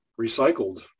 recycled